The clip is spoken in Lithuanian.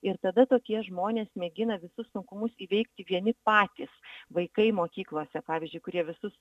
ir tada tokie žmonės mėgina visus sunkumus įveikti vieni patys vaikai mokyklose pavyzdžiui kurie visus